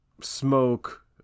smoke